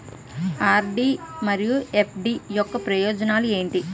RD మరియు FD యొక్క ప్రయోజనాలు ఏంటి?